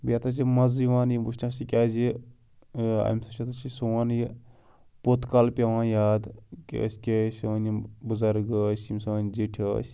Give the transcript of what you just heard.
بیٚیہِ یَتھ حظ چھِ مَزٕ یِوان یِم وٕچھنَس یہِ کیٛازِ اَمہِ سۭتۍ ہَسا چھِ سون یہِ پوٚت کال پٮ۪وان یاد کہِ أسۍ کیٛاہ ٲسۍ سٲنۍ یِم بُزرگ ٲسۍ یِم سٲنۍ زِٹھۍ ٲسۍ